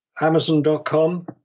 Amazon.com